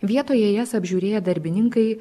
vietoje jas apžiūrėję darbininkai